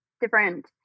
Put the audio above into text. different